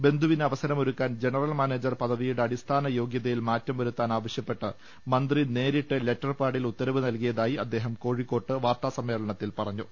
ബന്ധുവിന് അവസരമൊരുക്കാൻ general manager പദവിയുടെ അടിസ്ഥാനയോഗ്യതയിൽമാറ്റംവരുത്താൻ ആവശ്യപ്പെട്ട് മന്തി നേരിട്ട് ലെറ്റർ പാഡിൽ ഉത്തരവ് നൽകിയതായി അദ്ദേഹം കോഴിക്കോട്ട് പറഞ്ഞു